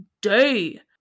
day